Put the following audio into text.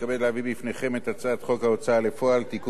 הצעת חוק ההוצאה לפועל (תיקון מס' 41),